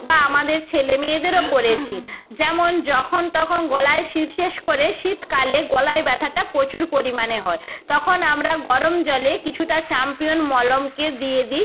বা আমাদের ছেলে মেয়েদেরও করেছি যেমন যখন তখন গলায় শি বিশেষ করে শীতকালে গলায় ব্যথাটা প্রচুর পরিমাণে হয় তখন আমরা গরম জলে কিছুটা চাম্পিয়ন মলমকে দিয়ে দিই